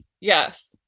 Yes